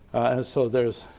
and so there's